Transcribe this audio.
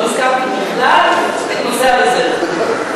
לא הזכרתי בכלל את נושא הרזרבות.